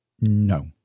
No